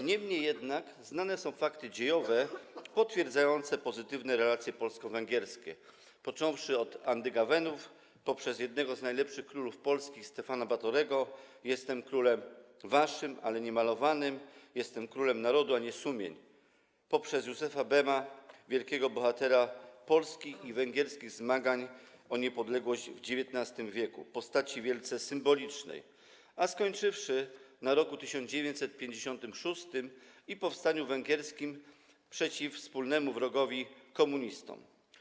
Niemniej jednak znane są fakty dziejowe potwierdzające pozytywne relacje polsko-węgierskie, począwszy od Andegawenów, poprzez jednego z najlepszych królów polskich Stefana Batorego - jestem królem waszym, ale nie malowanym, jestem królem narodu, a nie sumień, poprzez Józefa Bema, wielkiego bohatera polskich i węgierskich zmagań o niepodległość w XIX w., postaci wielce symbolicznej, a skończywszy na roku 1956 i powstaniu węgierskim przeciw wspólnemu wrogowi - komunistom.